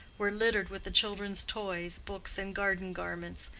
were littered with the children's toys, books and garden garments,